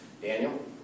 Daniel